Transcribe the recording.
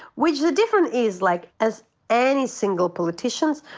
which the difference is, like, as any single politician,